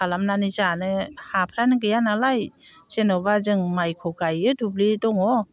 खालामनानै जानो हाफ्रानो गैया नालाय जेनेबा जों माइखौ गायो दुब्लि दङ